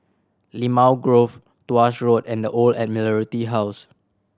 Limau Grove Tuas Road and The Old Admiralty House